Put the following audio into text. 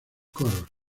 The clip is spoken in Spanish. coros